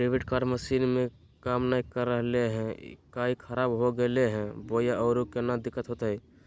Debit card machine में काम नाय कर रहले है, का ई खराब हो गेलै है बोया औरों कोनो दिक्कत है?